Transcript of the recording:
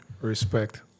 Respect